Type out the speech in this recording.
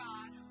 God